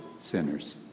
sinners